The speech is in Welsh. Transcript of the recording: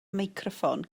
meicroffon